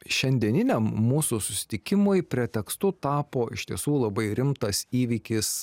šiandieniniam mūsų susitikimui pretekstu tapo iš tiesų labai rimtas įvykis